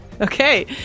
Okay